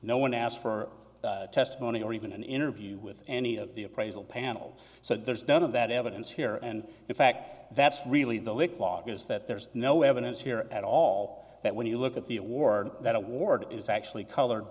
no one asked for testimony or even an interview with any of the appraisal panel so there's none of that evidence here and in fact that's really the lic law is that there's no evidence here at all that when you look at the award that award is actually colored